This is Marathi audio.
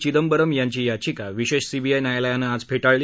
चिंदबरम् यांची याचिका विशेष सीबीआय न्यायालयानं आज फेटाळली